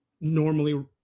normally